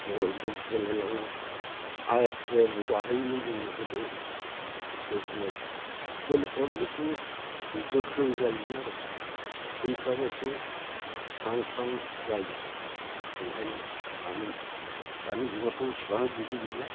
भलिबलबो गेले लाङो हायार खुयारबो जाहैयोमोन जों गोदो बे समाव बोलोफ्राबो बे समाव एसे गोख्रों जायोमोन आरो थैफ्राबो एसे जांख्रां जायो नंखायनो दानि जुगाथ' एसेबां बिदि गैला